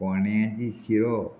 पोण्याजी शिरो